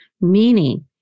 meaning